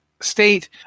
state